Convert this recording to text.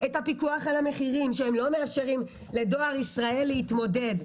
את הפיקוח על המחירים שלא מאפשרים לדואר ישראל להתמודד.